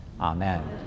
Amen